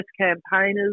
campaigners